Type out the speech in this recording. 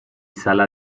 sala